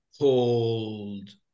called